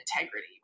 integrity